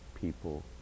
people